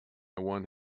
one